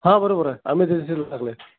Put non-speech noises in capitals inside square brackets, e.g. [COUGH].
हा बरोबर आहे [UNINTELLIGIBLE]